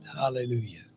Hallelujah